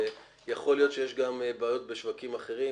יכול להיות שיש גם בעיות בשווקים אחרים,